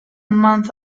month